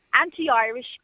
anti-Irish